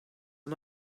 are